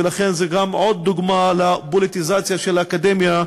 ולכן זו גם דוגמה לפוליטיזציה של האקדמיה,